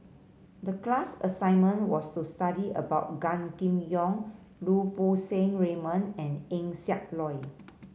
the class assignment was to study about Gan Kim Yong Lau Poo Seng Raymond and Eng Siak Loy